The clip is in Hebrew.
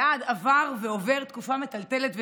אלעד עבר ועובר תקופה מטלטלת וכואבת.